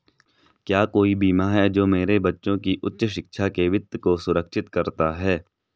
क्या कोई बीमा है जो मेरे बच्चों की उच्च शिक्षा के वित्त को सुरक्षित करता है?